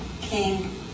King